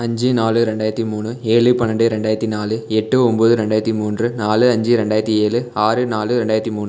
அஞ்சு நாலு ரெண்டாயிரத்தி மூணு ஏழு பன்னெண்டு ரெண்டாயிரத்தி நாலு எட்டு ஒம்போது ரெண்டாயிரத்தி மூன்று நாலு அஞ்சு ரெண்டாயிரத்தி ஏழு ஆறு நாலு ரெண்டாயிரத்தி மூணு